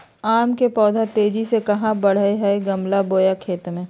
आम के पौधा तेजी से कहा बढ़य हैय गमला बोया खेत मे?